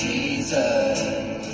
Jesus